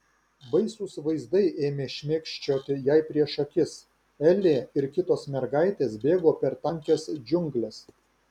baisūs vaizdai ėmė šmėkščioti jai prieš akis elė ir kitos mergaitės bėgo per tankias džiungles